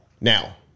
Now